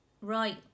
right